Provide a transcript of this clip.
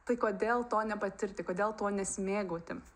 tai kodėl to nepatirti kodėl tuo nesimėgauti